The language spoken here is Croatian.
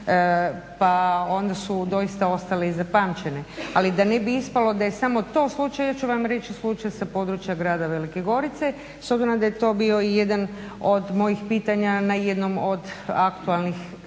pa onda su doista ostale i zapamćene. Ali da ne bi ispalo da je samo to slučaj ja ću vam reći slučaj sa područja Grada Velike Gorice s obzirom da je to bio i jedan od mojih pitanja na jednom od aktualnih